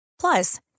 Plus